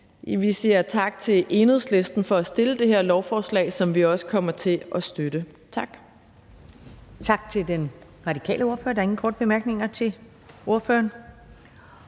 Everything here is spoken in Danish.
Vi siger tak til Enhedslisten for at fremsætte det her lovforslag, som vi også kommer til at støtte. Tak.